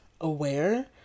aware